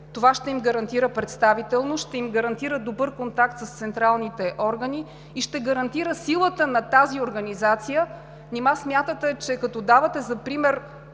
това ще им гарантира представителност, ще им гарантира добър контакт с централните органи и ще гарантира силата на тази организация? Нима смятате, че като давате за пример